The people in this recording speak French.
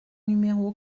numéro